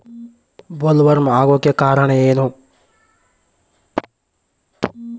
Bollworm ಆಗೋಕೆ ಕಾರಣ ಏನು?